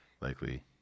likely